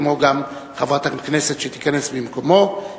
כמו גם חברת הכנסת שתיכנס במקומו,